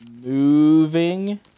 moving